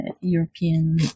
European